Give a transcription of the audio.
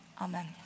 Amen